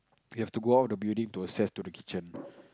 you have to go out the building to access to the kitchen